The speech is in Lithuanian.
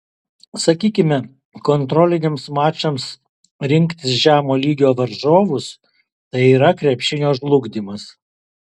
sakykime kontroliniams mačams rinktis žemo lygio varžovus tai yra krepšinio žlugdymas